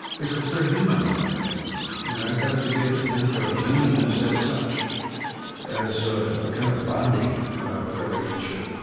because they're human like me and i've got to begin to think of humanness as such as a kind of bonding relationship